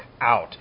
out